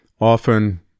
often